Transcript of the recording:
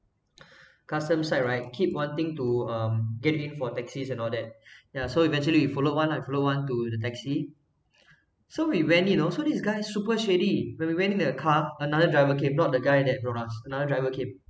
custom side right keep wanting to um get in for taxis and all that ya so eventually we followed one lah follow one to the taxi so we went in know so this guy super shady when we went in the car another driver came not the guy that brought us another driver came